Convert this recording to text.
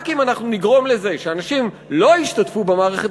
רק אם אנחנו נגרום לזה שאנשים לא ישתתפו במערכת